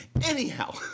Anyhow